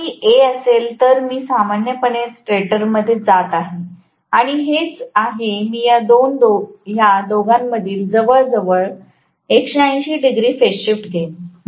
जर मी Aअसेल तर मी सामान्यपणे स्टेटरमध्ये जात आहे आणि हेच आहे मी या दोघांमधील जवळजवळ 180 डिग्री फेज शिफ्ट घेईन